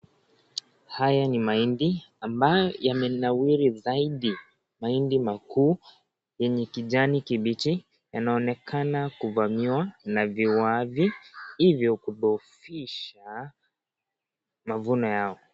Haya ni mahindi ambayo yamenawili zaidi, mahindi makuu yenye kijani kibichi yanaonekana kuvamiwa na viwavi ilikudhoofisha mavuno yao.